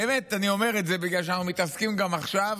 באמת אני אומר את זה בגלל שאנחנו מתעסקים גם עכשיו